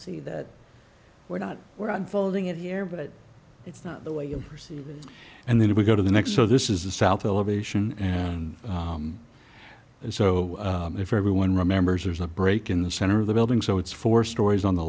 see that we're not we're unfolding it here but it's not the way you see and then we go to the next so this is the south elevation and so if everyone remembers there's a break in the center of the building so it's four stories on the